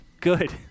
Good